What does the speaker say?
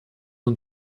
nur